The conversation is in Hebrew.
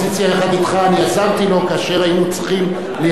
אני עזרתי לו כאשר היינו צריכים לייצב את כלכלת ישראל.